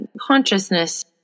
consciousness